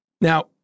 Now